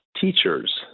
teachers